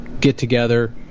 get-together